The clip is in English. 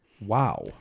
Wow